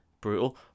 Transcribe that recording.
Brutal